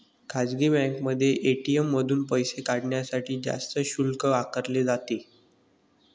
खासगी बँकांमध्ये ए.टी.एम मधून पैसे काढण्यासाठी जास्त शुल्क आकारले जाते